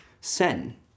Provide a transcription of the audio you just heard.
Sen